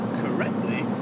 correctly